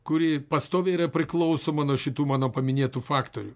kuri pastoviai yra priklausoma nuo šitų mano paminėtų faktorių